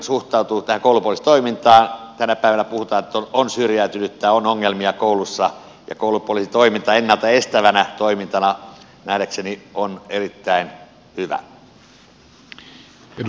tänä päivänä puhutaan että on syrjäytynyttä on ongelmia koulussa ja koulupoliisitoiminta ennalta estävänä toimintana nähdäkseni on erittäin hyvä